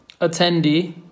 Attendee